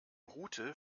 route